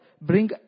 bring